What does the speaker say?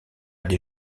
des